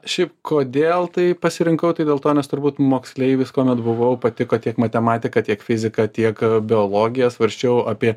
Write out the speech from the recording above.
šiaip kodėl tai pasirinkau tai dėl to nes turbūt moksleivis kuomet buvau patiko tiek matematika tiek fizika tiek biologija svarsčiau apie